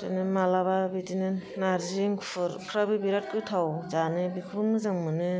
बिदिनो माब्लाबा बिदिनो नारजि एंखुरफ्राबो बिरात गोथाव जानो बिखौबो मोजां मोनो